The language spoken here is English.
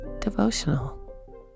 devotional